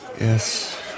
Yes